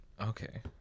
Okay